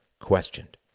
questioned